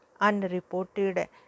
unreported